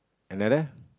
another